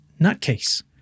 nutcase